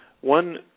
one